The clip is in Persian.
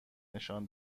نشان